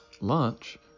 lunch